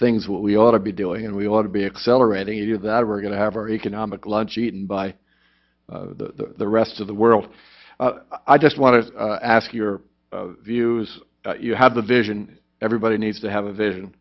things what we ought to be doing and we ought to be accelerating idea that we're going to have our economic lunch eaten by the rest of the world i just want to ask your views you have the vision everybody needs to have a vision